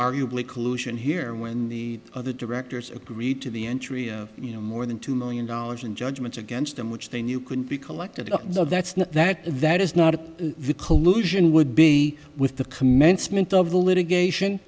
arguably collusion here when the other directors agreed to the entry you know more than two million dollars in judgments against them which they knew could be collected though that's not that that is not the collusion would be with the commencement of the litigation